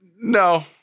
No